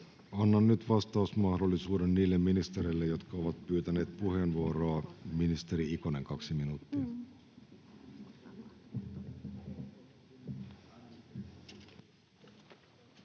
Annan nyt vastausmahdollisuuden niille ministereille, jotka ovat pyytäneet puheenvuoroa. — Ministeri Ikonen, kaksi minuuttia.